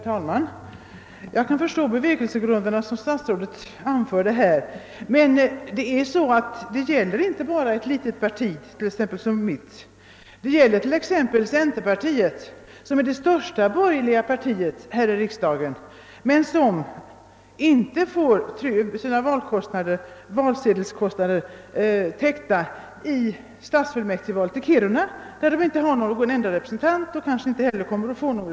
Herr talman! Jag kan förstå de bevekelsegrunder som statsrådet anförde, men de stämmer inte. Det jag sade gäller inte bara ett litet parti, t.ex. mitt eget, utan det gäller också exempelvis centerpartiet, som är det största bor gerliga partiet här i kammaren. Detta parti kommer inte att få sina kostnader för valsedlar täckta vid stadsfullmäktigevalet i t.ex. Kiruna, eftersom centerpartiet inte har någon representant där och kanske inte heller kommer att få någon.